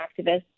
activists